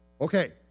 Okay